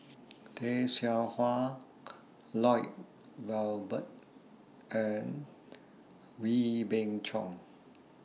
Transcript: Tay Seow Huah Lloyd Valberg and Wee Beng Chong